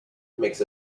makes